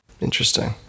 Interesting